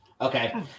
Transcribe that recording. Okay